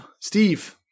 steve